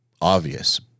obvious